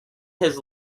his